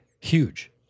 huge